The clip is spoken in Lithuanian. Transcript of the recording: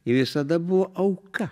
ji visada buvo auka